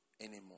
anymore